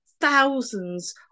thousands